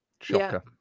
Shocker